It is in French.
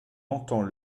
entend